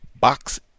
box